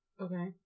okay